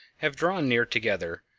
have drawn near together,